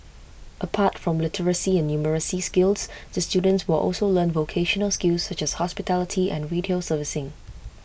apart from literacy and numeracy skills the students will also learn vocational skills such as hospitality and retail servicing